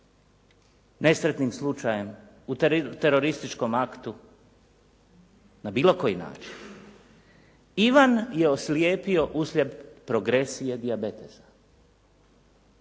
nesretnim slučajem, u terorističkom aktu, na bilo koji način. Ivan je oslijepio uslijed progresije dijabetesa.